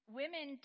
women